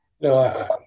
No